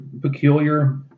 peculiar